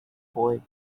boy